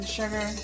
sugar